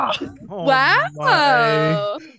wow